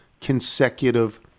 consecutive